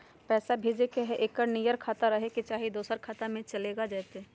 पैसा भेजे ले एके नियर खाता रहे के चाही की दोसर खाता में भी चलेगा जयते?